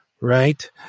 right